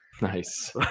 Nice